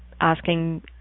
asking